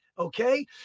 Okay